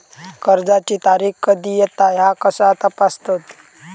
कर्जाची तारीख कधी येता ह्या कसा तपासतत?